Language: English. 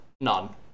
none